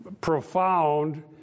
profound